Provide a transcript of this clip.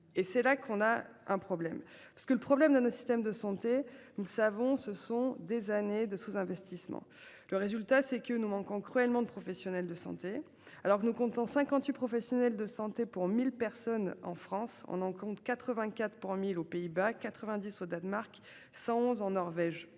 et c'est là qu'on a un problème parce que le problème de nos systèmes de santé. Nous ne savons ce sont des années de sous-investissements. Le résultat c'est que nous manquons cruellement de professionnels de santé, alors que nous comptons 58 professionnels de santé pour 1000 personnes en France, on en compte 84 pour 1000 aux Pays-Bas, 90 au Danemark, 111 en Norvège.